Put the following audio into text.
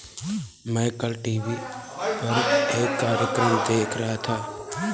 मैं कल टीवी पर एक कार्यक्रम देख रहा था